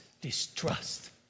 distrust